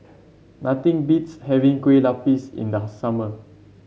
nothing beats having Kue Lupis in the summer